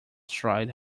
tried